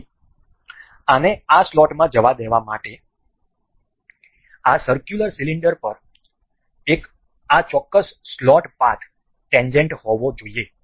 તેથી આને આ સ્લોટમાં જવા દેવા માટે આ સર્ક્યુલર સિલિન્ડર પર આ ચોક્કસ સ્લોટ પાથ ટેન્જેન્ટ હોવો જોઈએ